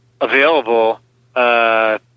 available